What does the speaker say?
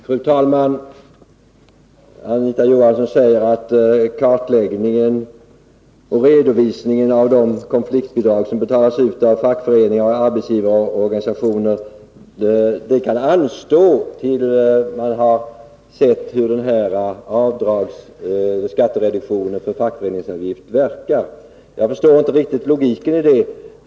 Fru talman! Anita Johansson säger att kartläggningen och redovisningen av de konfliktbidrag som betalas ut av fackföreningar och arbetsgivarorganisationer kan anstå till dess att man har sett hur skattereduktionen för fackföreningsavgift verkar. Jag förstår inte riktigt logiken i detta.